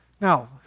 Now